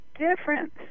difference